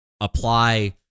apply